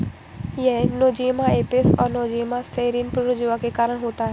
यह Nosema apis और Nosema ceranae protozoa के कारण होता है